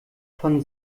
von